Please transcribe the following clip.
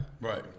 Right